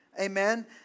Amen